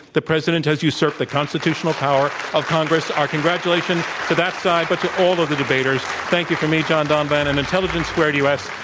the p resident has usurped the constitutional power of congress. our congratulations to that side and but to all of of the debaters. thank you from me, john donvan, and intelligence squaredu. s.